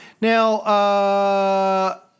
Now